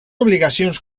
obligacions